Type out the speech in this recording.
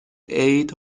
عید